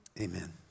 amen